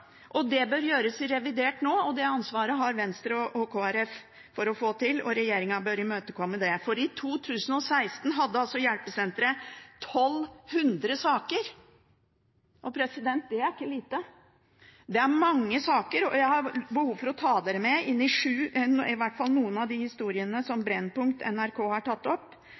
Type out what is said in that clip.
det bør gjøres nå i revidert, det har Venstre og Kristelig Folkeparti ansvar for å få til, og regjeringen bør imøtekomme det, for i 2016 hadde hjelpesentret 1 200 saker. Det er ikke lite – det er mange saker. Jeg har behov for å ta dere med inn i noen av historiene som Brennpunkt på NRK har tatt opp: